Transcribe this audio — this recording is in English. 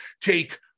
take